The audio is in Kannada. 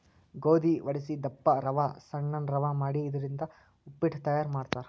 ಗೋಧಿ ವಡಸಿ ದಪ್ಪ ರವಾ ಸಣ್ಣನ್ ರವಾ ಮಾಡಿ ಇದರಿಂದ ಉಪ್ಪಿಟ್ ಮಾಡ್ತಾರ್